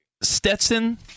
Stetson